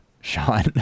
Sean